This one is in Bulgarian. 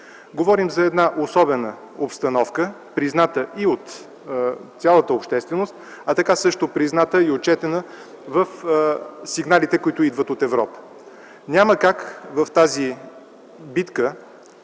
Говорим за една особена обстановка, призната и от цялата общественост, а така също призната и отчетена в сигналите, които идват от Европа. Няма как в тази битка